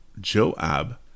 joab